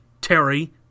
Terry